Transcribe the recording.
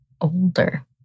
older